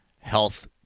Health